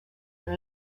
and